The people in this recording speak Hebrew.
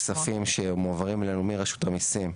זה בעצם הכספים שמועברים אלינו מרשות המיסים,